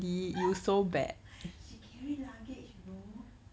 she carry luggage you know